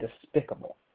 despicable